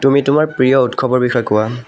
তুমি তোমাৰ প্ৰিয় উৎসৱৰ বিষয়ে কোৱা